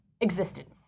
existence